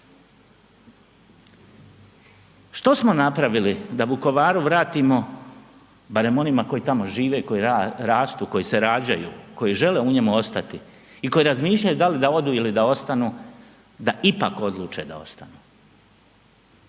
Što smo napravili da Vukovaru vratimo, barem onima koji tamo žive i koji rastu, koji se rađaju, koji žele u njemu ostati i koji razmišljaju da li da odu ili da ostanu, da ipak odluče da ostanu?